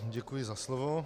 Děkuji za slovo.